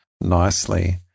nicely